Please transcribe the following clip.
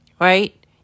Right